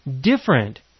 different